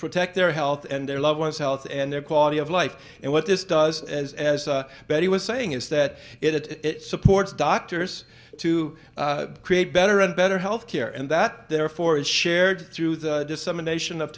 protect their health and their loved one's health and their quality of life and what this does as as betty was saying is that it supports doctors to create better and better health care and that therefore is shared through the dissemination of